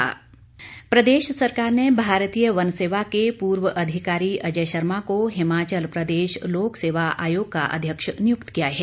आयोग अध्यक्ष प्रदेश सरकार ने भारतीय वन सेवा के पूर्व अधिकारी अजय शर्मा को हिमाचल प्रदेश लोक सेवा आयोग का अध्यक्ष नियुक्त किया है